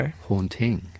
haunting